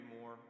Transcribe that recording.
more